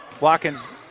Watkins